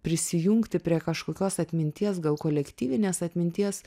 prisijungti prie kažkokios atminties gal kolektyvinės atminties